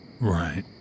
Right